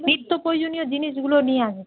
নিত্য প্রয়োজনীয় জিনিসগুলো নিও